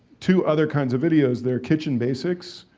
two other kinds of videos. there are kitchen basics,